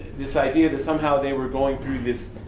this idea that somehow they were going through this